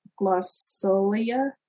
glossolia